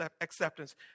acceptance